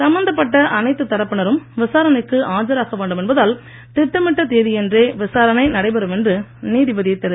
சம்பந்தப்பட்ட அனைத்து தரப்பினரும் விசாரணைக்கு ஆஜராக வேண்டும் என்பதால் திட்டமிட்ட தேதியன்றே விசாரணை நடைபெறும் என்று நீதிபதி திரு